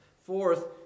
Fourth